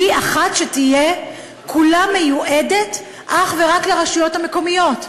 שתהיה אחת שמיועדת כולה אך ורק לרשויות המקומיות.